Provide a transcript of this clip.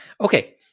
Okay